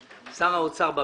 האוצר,